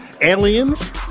aliens